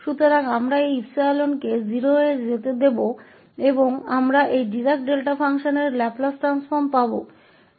तो यहाँ इस लैपलेस ट्रांसफ़ॉर्म में हम इस 𝜖 को 0 पर जाने देंगे और हमें इस डिराक डेल्टा फंक्शन का लैपलेस ट्रांसफ़ॉर्म मिलेगा